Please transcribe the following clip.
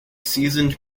seasoned